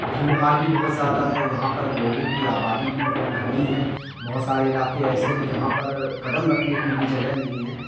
بھیڑ بھاڑ بھی بہت زیادہ ہے یہاں پر لوگوں کی آبادی بھی بہت گھنی ہے بہت سارے علاقے ایسے ہیں جہاں پر قدم رکھنے کی بھی جگہ نہیں ہے